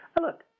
Look